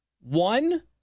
one